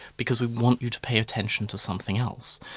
because we want you to pay attention to something else.